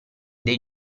dai